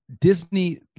disney